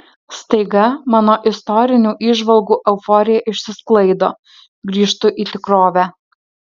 staiga mano istorinių įžvalgų euforija išsisklaido grįžtu į tikrovę